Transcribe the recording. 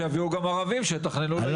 שיביאו גם ערבים שיתכננו ליהודים.